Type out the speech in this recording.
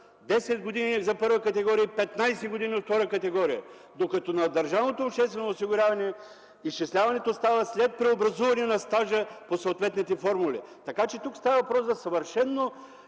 10 години за първа категория и 15 години за втора категория. Докато при държавното обществено осигуряване изчисляването става след преобразуване на стажа по съответните формули. Така че тук става въпрос за съвършено